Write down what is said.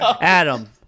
Adam